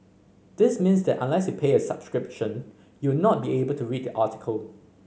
this means that unless you pay a subscription you will not be able to read the article